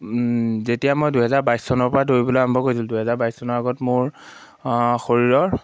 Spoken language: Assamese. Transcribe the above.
যেতিয়া মই দুহেজাৰ বাইছ চনৰ পৰা দৌৰিবলৈ আৰম্ভ কৰিছিলোঁ দুহেজাৰ বাইছ চনৰ আগত মোৰ শৰীৰৰ